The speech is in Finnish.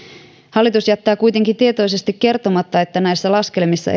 hallitus jättää kuitenkin tietoisesti kertomatta että näissä laskelmissa